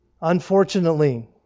Unfortunately